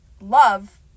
love